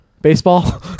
baseball